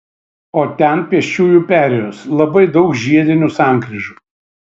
o ten pėsčiųjų perėjos labai daug žiedinių sankryžų